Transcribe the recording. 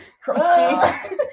crusty